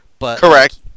Correct